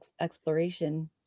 exploration